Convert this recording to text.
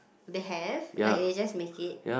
they have like they just make it